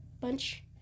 bunch